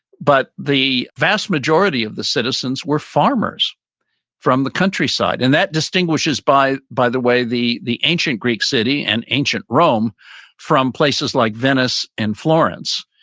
but the vast majority of the citizens were farmers from the countryside and that distinguishes by by the way, the the ancient greek city and ancient rome from places like venice and florence,